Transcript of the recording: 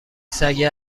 سگه